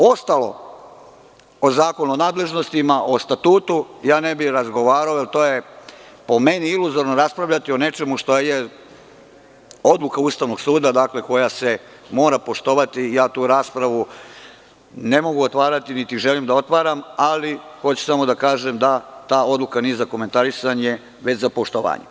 Ostalo, o Zakonu o nadležnostima, o Statutu ne bih razgovarao jer to je po meni iluzorno raspravljati o nečemu što je odluka Ustavnog suda koja se mora poštovati i tu raspravu ne mogu otvarati, niti želim da otvaram, ali hoću samo da kažem da ta odluka nije za komentarisanje, već za poštovanje.